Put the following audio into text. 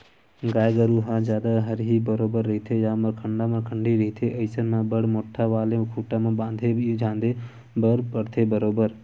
गाय गरु ह जादा हरही बरोबर रहिथे या मरखंडा मरखंडी रहिथे अइसन म बड़ मोट्ठा वाले खूटा म बांधे झांदे बर परथे बरोबर